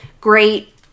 Great